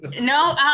No